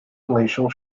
glacial